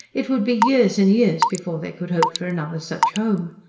it would be years and years before they could hope for another such home.